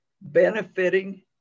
benefiting